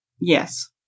Yes